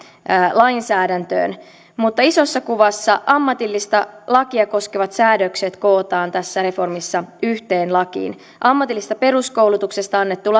lainsäädäntöön mutta isossa kuvassa ammatillista lakia koskevat säädökset kootaan tässä reformissa yhteen lakiin ammatillisesta peruskoulutuksesta annettu